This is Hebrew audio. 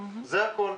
זה הכול,